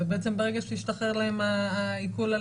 זה בעצם ברגע שהשתחרר להם העיקול על